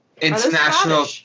International